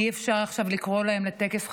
אי-אפשר עכשיו לקרוא להם לטקס חגיגי.